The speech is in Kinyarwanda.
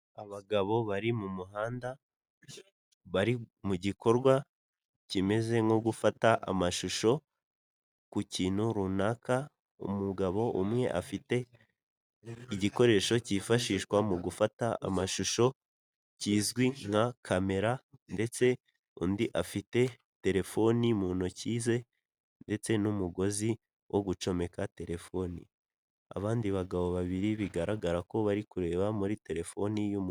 Abagabo bari mu muhanda bari mu gikorwa kimeze nko gufata amashusho ku kintu runaka, umugabo umwe afite igikoresho cyifashishwa mu gufata amashusho kizwi nka kamera ndetse undi afite telefoni mu ntoki ze ndetse n'umugozi wo gucomeka telefoni. Abandi bagabo babiri bigaragara ko bari kureba muri telefoni y'umuntu.